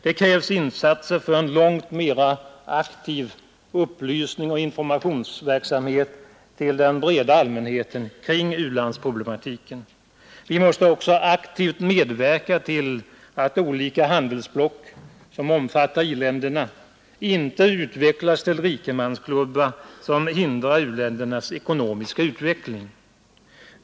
Det krävs insatser för en långt mera aktiv upplysningsoch informationsverksamhet till den breda allmänheten kring u-landsproblematiken. Vi måste också aktivt medverka till att olika handelsblock — som omfattar i-länder inte blir rikemansklubbar som hindrar u-ländernas ekonomiska utveckling.